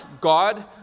God